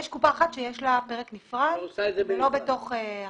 יש קופה אחת שיש לה פרק נפרד ולא בתוך החבילה.